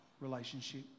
relationship